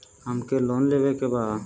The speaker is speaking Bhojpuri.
हमके लोन लेवे के बा?